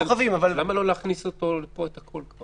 למה לא להכניס לפה את הכול כבר?